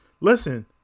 Listen